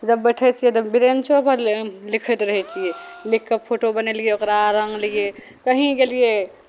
जब बैठैत छियै तऽ बेंचोपर लिखैत रहै छियै लिखि कऽ फोटो बनैलियै ओकरा रङ्गलियै कहीँ गेलियै